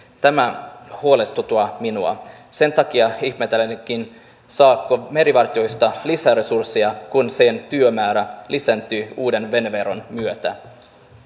tämä huolestuttaa minua sen takia ihmettelenkin saako merivartiosto lisäresursseja kun sen työmäärä lisääntyy uuden veneveron myötä